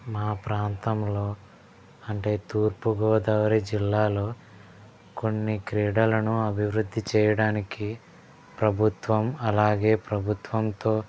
మా ప్రాంతంలో అంటే తూర్పుగోదావరి జిల్లాలో కొన్ని క్రీడలను అభివృద్ధి చేయడానికి ప్రభుత్వం అలాగే ప్రభుత్వంతో